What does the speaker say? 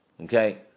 okay